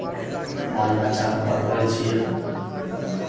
बाल बच्चाकेँ पढ़बै छियै